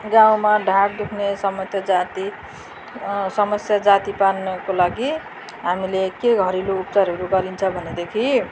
गाउँमा ढाड दुख्नेसम्म त जाती समस्या जाती पार्नको लागि हामीले के घरेलु उपचारहरू गरिन्छ भनेदेखि